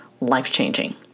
life-changing